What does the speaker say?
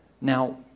Now